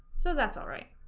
so that's all right